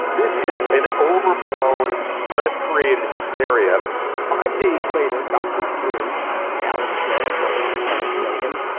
this is an overblown press created hysteria five days later, dr. drew, as reality show and love line fans know him,